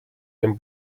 dem